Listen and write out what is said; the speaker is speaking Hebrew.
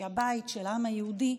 שהיא הבית של העם היהודי,